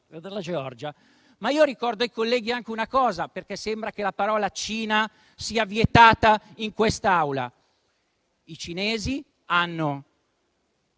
Ma io ricordo ai colleghi una cosa, perché sembra che la parola Cina sia vietata in quest'Aula. I cinesi hanno